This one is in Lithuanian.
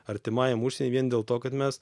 artimajam užsieny vien dėl to kad mes